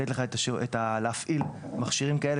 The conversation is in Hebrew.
יוכל להפעיל מכשירים כאלה,